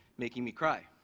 making me cry?